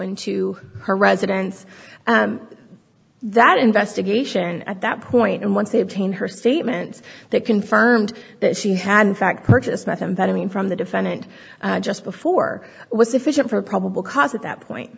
into her residence that investigation at that point and once they obtain her statements they confirmed that she had in fact purchased methamphetamine from the defendant just before was sufficient for probable cause at that point